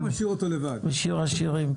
אני בטלפון עם משה ארבל.